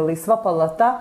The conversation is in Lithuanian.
laisva palata